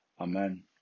Amen